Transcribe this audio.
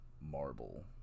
marble